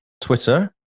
Twitter